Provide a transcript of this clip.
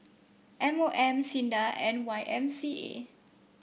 M O M SINDA and Y M C A